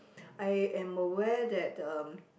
I am aware that um